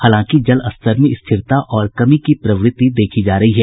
हालांकि जलस्तर में स्थिरता और कमी की प्रवृति देखी जा रही है